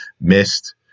missed